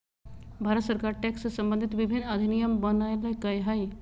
भारत सरकार टैक्स से सम्बंधित विभिन्न अधिनियम बनयलकय हइ